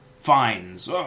Fines